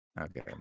okay